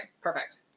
perfect